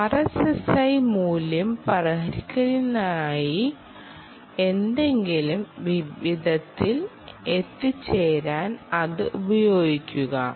RSSI മൂല്യം പരിഹരിക്കുന്നതിനുള്ള ഏതെങ്കിലും വിധത്തിൽ എത്തിച്ചേരാൻ അത് ഉപയോഗിക്കുക